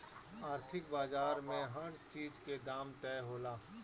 आर्थिक बाजार में हर चीज के दाम तय होला